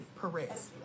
Perez